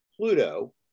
Pluto